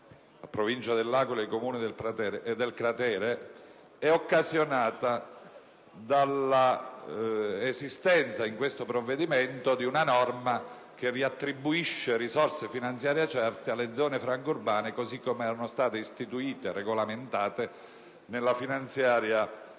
la Provincia dell'Aquila e per i Comuni del cratere, è occasionata dall'esistenza in questo provvedimento di una norma che riattribuisce risorse finanziarie certe alle zone franche urbane così come erano state istituite e regolamentate nella finanziaria per